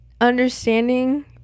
understanding